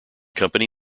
company